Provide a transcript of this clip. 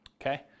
Okay